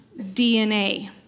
DNA